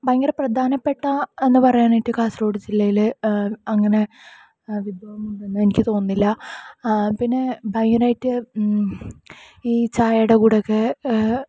ഭയങ്കര പ്രധാനപ്പെട്ട എന്നുപറയാനായിട്ട് കാസർഗോഡ് ജില്ലയില് അങ്ങനെ വിഭവങ്ങള് ഉണ്ടെന്ന് എനിക്ക് തോന്നുന്നില്ല പിന്നെ ഭയങ്കര ആയിട്ട് ഈ ചായയുടെ കൂടെയൊക്കെ